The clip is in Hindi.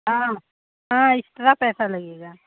हाँ हाँ एक्स्ट्रा पैसा लगेगा